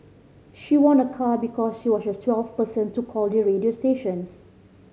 she won a car because she was the twelfth person to call the radio stations